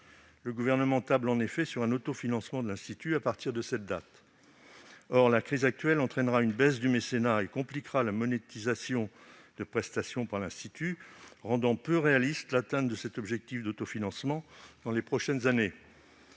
le Gouvernement tablant sur un autofinancement de l'Institut à partir de cette date. Or la crise actuelle entraînera une baisse du mécénat et compliquera la monétisation de ses prestations par l'Institut, rendant peu réaliste l'atteinte de cet objectif d'autofinancement dans les prochaines années.